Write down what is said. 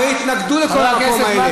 הרי התנגדו לכל המקומות האלה.